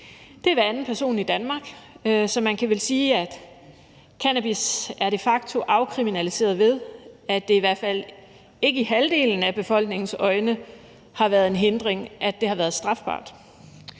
Det er hver anden person i Danmark, så man kan vel sige, at cannabis de facto er afkriminaliseret, ved at det i hvert fald ikke i halvdelen af befolkningens øjne har været en hindring, at det har været strafbart.